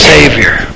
Savior